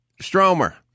stromer